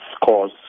cause